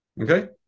Okay